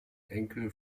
enkel